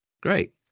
Great